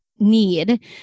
need